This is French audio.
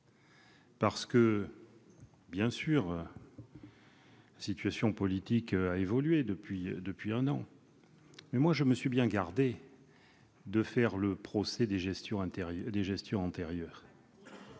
intéressant. Bien sûr, la situation politique a évolué depuis un an, mais je me suis bien gardé de faire le procès des gestions antérieures.